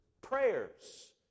prayers